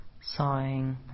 sighing